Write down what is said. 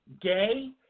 Gay